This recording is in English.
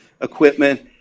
equipment